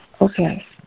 Okay